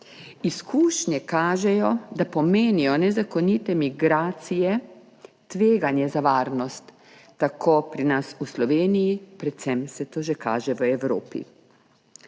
Izkušnje kažejo, da pomenijo nezakonite migracije tveganje za varnost tako pri nas v Sloveniji, predvsem se to že kaže v Evropi.